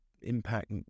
impact